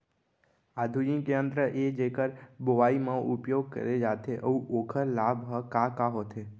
आधुनिक यंत्र का ए जेकर बुवाई म उपयोग करे जाथे अऊ ओखर लाभ ह का का होथे?